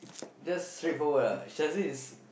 just straightforward ah Shazlin is